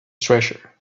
treasure